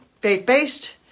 faith-based